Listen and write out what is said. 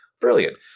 Brilliant